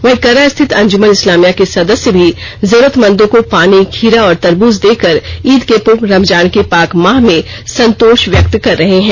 वहीं कर्रा स्थित अंजुमन इस्लामिया के सदस्य भी जरूरतमन्दों को पानी तरबूज देकर ईद के पूर्व रमजान के पाक माह में संतोष व्यक्त कर रहे हैं